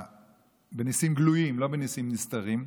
בניסים גלויים, לא בניסים נסתרים,